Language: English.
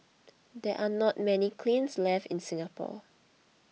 there are not many kilns left in Singapore